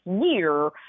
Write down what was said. year